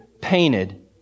painted